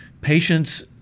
patients